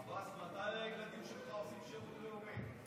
עבאס, מתי הילדים שלך עושים שירות לאומי?